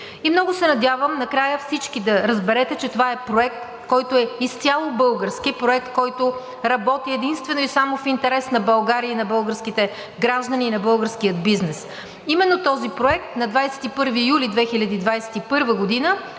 Много се надявам накрая всички да разберете, че това е проект, който е изцяло български, който работи единствено и само в интерес на България и на българските граждани и на българския бизнес. Именно този проект на 21 юли 2021 г.